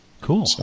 Cool